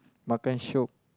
makan shiok